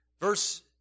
Verse